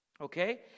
okay